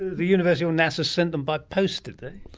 the university or nasa sent them by post did they?